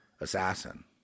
assassin